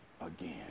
again